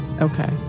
Okay